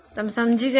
તમે સમજી ગયા